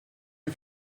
you